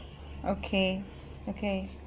okay okay